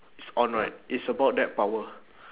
it's on right it's about that power